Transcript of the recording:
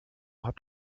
habt